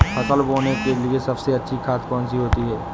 फसल बोने के लिए सबसे अच्छी खाद कौन सी होती है?